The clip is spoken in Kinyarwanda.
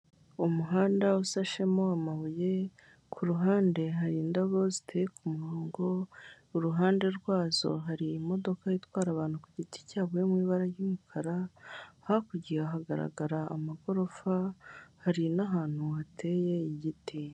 Umuhanda usashemo amabuye ku ruhande hari indabo ziteye kumurongo, uruhande rwazo hari imodoka itwara abantu ku giti cyabo iri mu ibabara ry'umukara, hakurya hagaragara amagorofa hari n'ahantu hateye igiti.